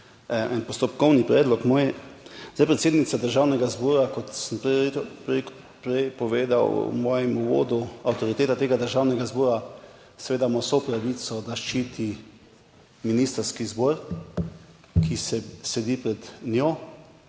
en postopkovni predlog moj. Predsednica Državnega zbora, kot sem prej povedal v mojem uvodu, avtoriteta tega Državnega zbora, seveda ima vso pravico, da ščiti ministrski zbor, ki sedi pred njo,